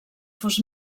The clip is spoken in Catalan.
fos